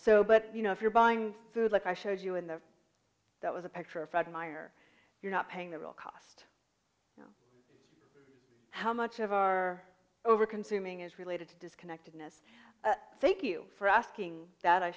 so but you know if you're buying food like i showed you in that that was a picture of fred meyer you're not paying the real cost how much of our overconsuming is related to disconnectedness thank you for asking that i